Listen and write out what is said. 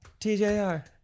TJR